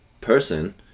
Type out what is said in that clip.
person